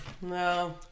No